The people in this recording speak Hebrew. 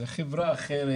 זו חברה אחרת,